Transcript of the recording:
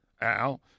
Al